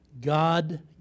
God